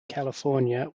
california